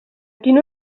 quina